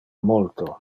multo